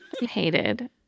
Hated